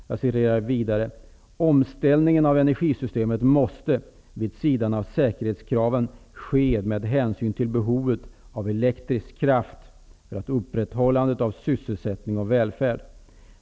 Jag citerar vidare: ''Omställningen av energisystemet måste, vid sidan av säkerhetskraven, ske med hänsyn till behovet av elektrisk kraft för upprätthållande av sysselsättning och välfärd.